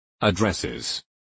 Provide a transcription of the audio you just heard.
Addresses